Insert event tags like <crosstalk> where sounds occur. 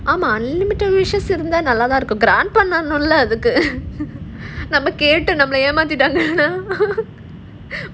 ஆமா:aamaa unlimited wishes இருந்தா நல்லாத்தான் இருக்கும்:irunthaa nallaathaan irukum grant <laughs> பண்ணனும்லஅதுக்கு நம்ம கேட்டு நம்மள ஏமாத்திட்டாங்கனா:pannanumla adhuku namma ketu nammala yemaathitaanganaa <laughs>